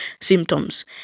symptoms